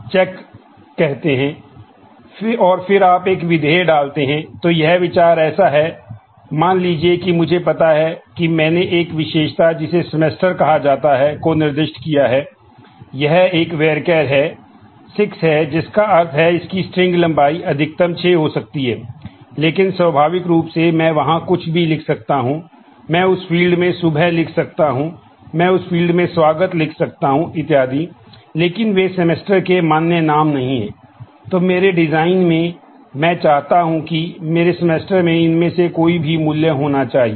check clause में चाहता हूं कि मेरे सेमेस्टर में इनमें से कोई भी मूल्य होना चाहिए